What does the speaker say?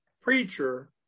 Preacher